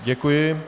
Děkuji.